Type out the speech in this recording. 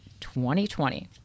2020